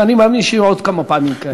ואני מאמין שיהיו עוד כמה פעמים כאלה.